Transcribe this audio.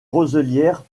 roselières